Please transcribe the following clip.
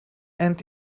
and